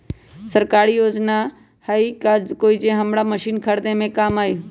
सरकारी योजना हई का कोइ जे से हमरा मशीन खरीदे में काम आई?